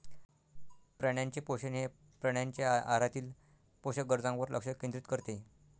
प्राण्यांचे पोषण हे प्राण्यांच्या आहारातील पोषक गरजांवर लक्ष केंद्रित करते